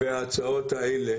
וההצעות האלה?